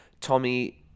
Tommy